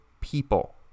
people